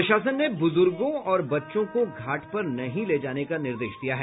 प्रशासन ने बुजुर्गों और बच्चों को घाट पर नहीं ले जाने का निर्देश दिया है